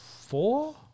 four